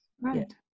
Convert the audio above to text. right